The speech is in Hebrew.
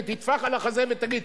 תטפח על החזה ותגיד,